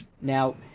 Now